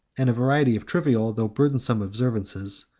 and a variety of trivial though burdensome observances,